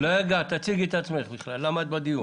קודם כול תציגי את עצמך, למה את משתתפת בדיון.